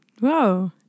Wow